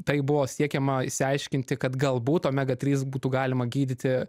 taip buvo siekiama išsiaiškinti kad galbūt omega trys būtų galima gydyti